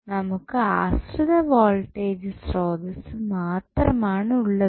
നമുക്ക് ആശ്രിത വോൾട്ടേജ് സ്രോതസ്സ് മാത്രമാണ് ഉള്ളത്